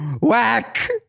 whack